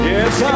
Yes